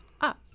up